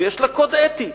ויש לה קוד אתי,